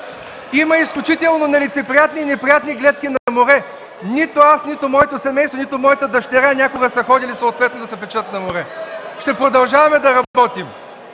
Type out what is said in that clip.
Има изключително нелицеприятни и неприятни гледки на море. Нито аз, нито моето семейство, нито моята дъщеря някога са ходили съответно да се печат на море. Ще продължаваме да работим.